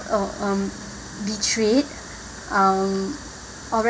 um uh betrayed or rather